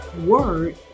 word